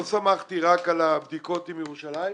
לא סמכתי רק על הבדיקות עם ירושלים,